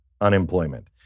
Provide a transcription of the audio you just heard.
unemployment